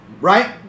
right